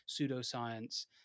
pseudoscience